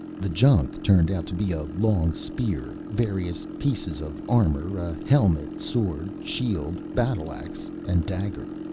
the junk turned out to be a long spear, various pieces of armor, a helmet, sword, shield, battle-ax and dagger.